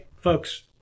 folks